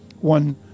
One